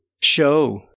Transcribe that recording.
show